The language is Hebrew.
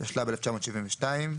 התשל"ב-1972,